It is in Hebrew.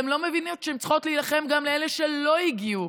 הן לא מבינות שהן צריכות להילחם גם לאלה שלא הגיעו.